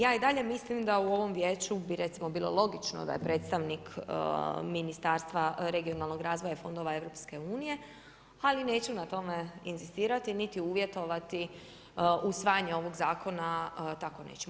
Ja i dalje mislim da u ovom vijeću bi recimo bilo logično da je predstavnik Ministarstva regionalnog razvoja i fondova EU, ali neću na tome inzistirati niti uvjetovati usvajanje ovog zakona … nećemo.